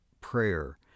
prayer